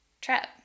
trip